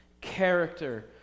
character